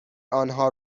آنها